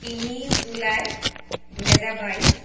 তিনি জুলাই দুহেজাৰ বাইছ